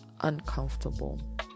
uncomfortable